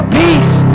peace